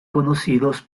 conocidos